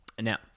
Now